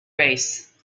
race